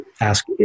ask